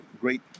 great